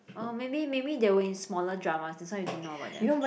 or maybe maybe they were in smaller dramas that's why you didn't know about them